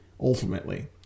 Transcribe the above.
ultimately